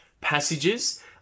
passages